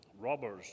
robbers